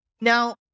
Now